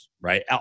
right